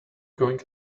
going